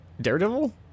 Daredevil